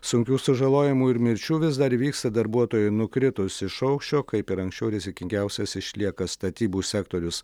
sunkių sužalojimų ir mirčių vis dar įvyksta darbuotojui nukritus iš aukščio kaip ir anksčiau rizikingiausias išlieka statybų sektorius